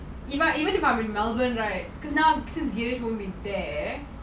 if I even if I'm in melbourne right now since new year won't be there